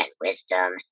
wisdom